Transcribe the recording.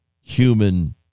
human